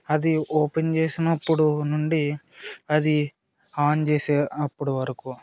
అది ఓపెన్ చేసినప్పుడు నుండి అది ఆన్ చేసే అప్పుడు వరకు